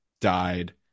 died